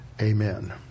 Amen